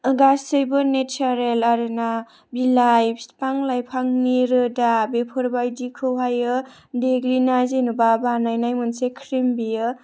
गासैबो नेसारेल आरोना बिलाइ बिफां लाइफांनि रोदा बेफोरबायदिखौहायो दिग्लिना जेन'बा बानायनाय मोनसे ख्रिम बियो